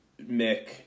Mick